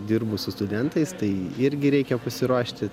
dirbu su studentais tai irgi reikia pasiruošti